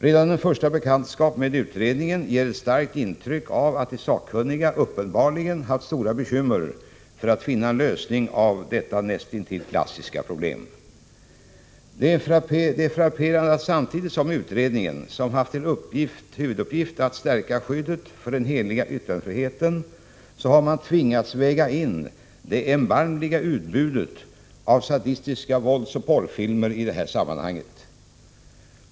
Redan en första bekantskap med utredningen ger ett starkt intryck av att de sakkunniga uppenbarligen haft stora bekymmer med att finna en lösning av detta näst intill klassiska problem. Det är frapperande att utredningen, samtidigt som den haft till huvuduppgift att stärka skyddet för den heliga yttrandefriheten, har tvingats väga in det erbarmliga utbudet av sadistiska våldsoch porrfilmer i detta sammanhang.